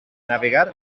navegar